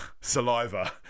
Saliva